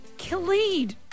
Khalid